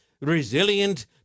resilient